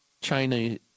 China